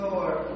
Lord